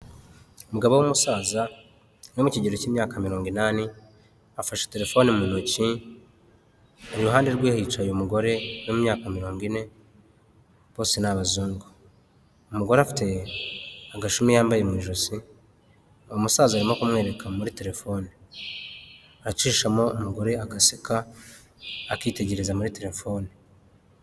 Umugabo w’umusaza wo mu kigero cy’imyaka mirongo inani, afashe telefoni mu ntoki iruhande rwe hicaye umugore w’imyaka mirongo ine, bose n’abazungu. Umugore afite agashumi yambaye mu ijosi, umusaza arimo kumwereka muri telefone acishamo umugore agaseka akitegereza muri telefone.